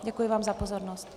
Děkuji vám za pozornost.